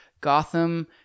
gotham